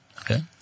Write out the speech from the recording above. Okay